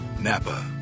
Napa